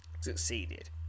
Succeeded